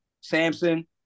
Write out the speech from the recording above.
Samson